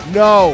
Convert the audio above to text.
no